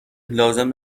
لازم